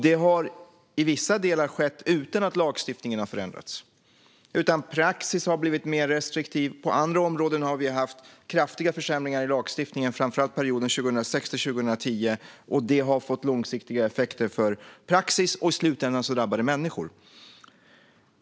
Det har i vissa delar skett utan att lagstiftningen har förändrats. Det som har hänt är att praxis har blivit mer restriktiv. På andra områden har vi haft kraftiga försämringar i lagstiftningen, framför allt under perioden 2006-2010, och det har fått långsiktiga effekter för praxis, vilket i slutändan drabbar människor.